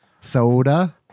Soda